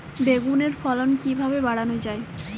বেগুনের ফলন কিভাবে বাড়ানো যায়?